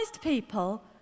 people